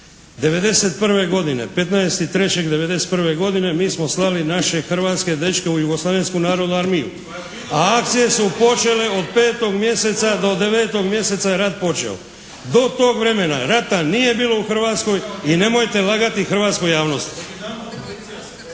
'91. godine, 15.3.'91. godine mi smo slali naše hrvatske dečke u Jugoslavensku narodnu armiju, a akcije su počele od 5. mjeseca do 9. mjeseca je rat počeo. Do tog vremena rata nije bilo u Hrvatskoj i nemojte lagati hrvatskoj javnosti.